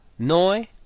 Noi